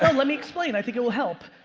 and let me explain. i think it will help.